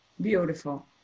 Beautiful